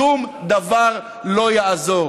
שום דבר לא יעזור.